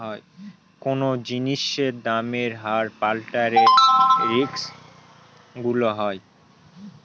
কোনো জিনিসের দামের হার পাল্টালে রিস্ক গুলো হয়